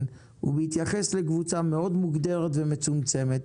להתייחס לקבוצה מאוד מוגדרת ומצומצמת,